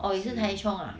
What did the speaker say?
oh 也是 tai chong ah